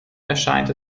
erscheint